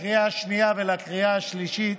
לקריאה השנייה ולקריאה השלישית,